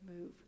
move